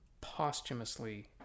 posthumously